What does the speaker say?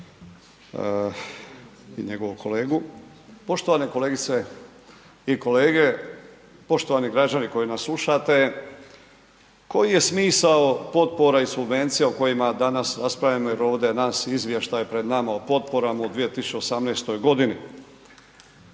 i njegovog kolegu. Poštovane kolegice i kolege, poštovani građani koji nas slušate, koji je smisao potpora i subvencija o kojima danas raspravljamo jer ovdje .../Govornik se ne razumije./... izvještaj pred nama o potporama u 2018. g.